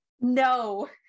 No